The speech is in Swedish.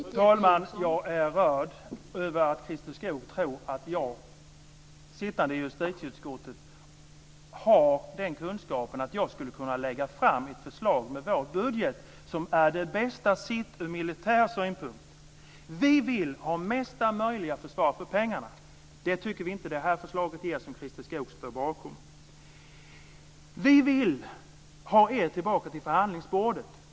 Fru talman! Jag är rörd över att Christer Skoog tror att jag, som sitter i justitieutskottet, har den kunskapen att jag skulle kunna lägga fram ett förslag i vår budget som är det bästa sett ur militär synpunkt. Vi vill ha mesta möjliga försvar för pengarna. Vi tycker inte att det förslag som Christer Skoog står bakom ger det. Vi vill har er tillbaka till förhandlingsbordet.